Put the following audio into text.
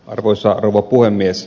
arvoisa rouva puhemies